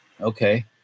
okay